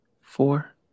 four